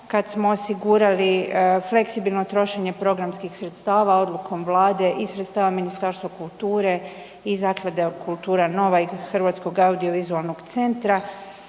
kada smo osigurali fleksibilno trošenje programskih sredstava odlukom Vlade i sredstava Ministarstva kulture i Zaklade „Kultura Nova“ i Hrvatskog audiovizualnog centra.